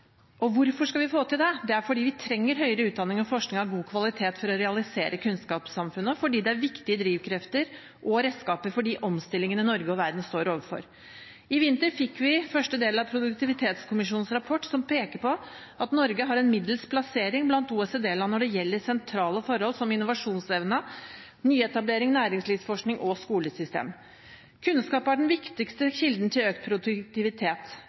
og hvorfor skal vi få til det? Det er fordi vi trenger høyere utdanning og forskning av god kvalitet for å realisere kunnskapssamfunnet og fordi det er viktige drivkrefter og redskaper for de omstillingene Norge og verden står overfor. I vinter fikk vi første del av Produktivitetskommisjonens rapport, som peker på at Norge har en middels plassering blant OECD-land når det gjelder sentrale forhold som innovasjonsevne, nyetablering, næringslivsforskning og skolesystem. Kunnskap er den viktigste kilden til økt produktivitet.